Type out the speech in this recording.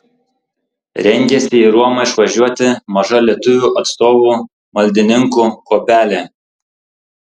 rengiasi į romą išvažiuoti maža lietuvių atstovų maldininkų kuopelė